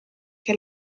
che